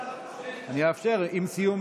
דרך אגב, זאת הזדמנות להגיד משפט אחד על חוק